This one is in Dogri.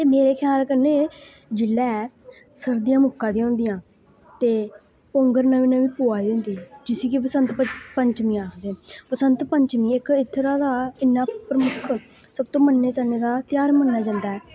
ते मेरे ख्याल कन्नै जेल्लै सर्दियां मुक्का दियां होंदियां ते पौंगर नमीं नमीं पवा दी होंदी जिसी कि बसंत पंचमी आखदे बसंत पंचमी इक इत्थरा दा इन्ना प्रमुख सब तू मन्ने तन्ने दा ध्यार मन्नेआ जंदा ऐ